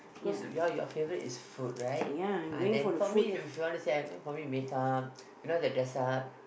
cause ya your favorite is food right ah then for me if you wanna say for me make up you know the dress up